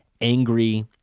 angry